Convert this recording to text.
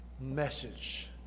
message